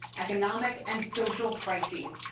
economic and social crises,